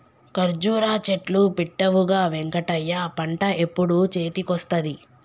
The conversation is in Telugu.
కర్జురా చెట్లు పెట్టవుగా వెంకటయ్య పంట ఎప్పుడు చేతికొస్తది